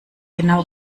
genau